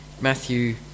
Matthew